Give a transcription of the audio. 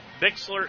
Bixler